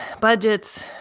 budgets